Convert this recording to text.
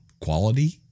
quality